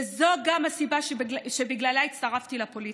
וזו גם הסיבה שהצטרפתי לפוליטיקה.